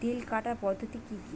তিল কাটার পদ্ধতি কি কি?